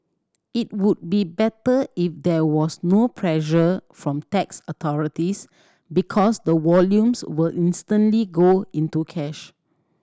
it would be better if there was no pressure from tax authorities because the volumes will instantly go into cash